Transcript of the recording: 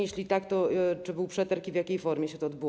Jeśli tak, to czy był przetarg i w jakiej formie się to odbyło?